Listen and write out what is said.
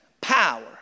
power